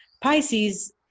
Pisces